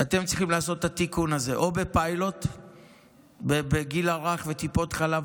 אתם צריכים לעשות את התיקון הזה או בפיילוט בגיל הרך וטיפות חלב,